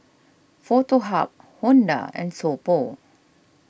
Foto Hub Honda and So Pho